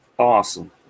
awesome